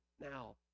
now